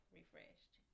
refreshed